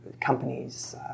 companies